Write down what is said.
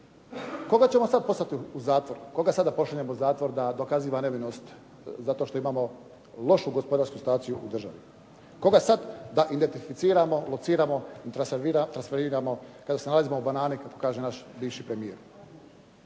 Koga ćemo sada poslati u zatvor? Koga sada da pošaljemo u zatvor da dokaže nevinost zato što imamo lošu gospodarsku situaciju u državi? Koga sada da identificiramo, lociramo, transferiramo kada se nalazimo u banani kako kaže naš bivši premijer.